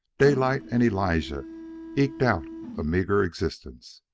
daylight and elija eked out a meagre existence.